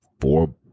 four